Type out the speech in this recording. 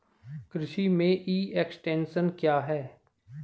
कृषि में e extension क्या है?